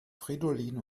fridolin